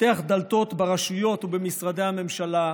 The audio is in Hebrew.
פותח דלתות ברשויות ובמשרדי הממשלה,